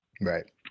Right